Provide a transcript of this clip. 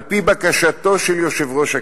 על-פי בקשתו של יושב-ראש הכנסת,